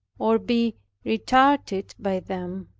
or be retarded by them